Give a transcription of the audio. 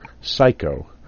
Psycho